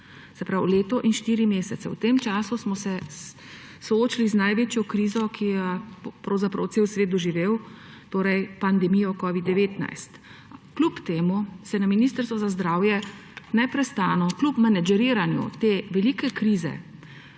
se pravi leto in štiri mesece. V tem času smo se soočili z največjo krizo, ki jo je pravzaprav cel svet doživel, torej pandemijo covida-19. Kljub temu smo na Ministrstvo za zdravje neprestano, kljub menedžiranju te velike krize,